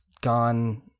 gone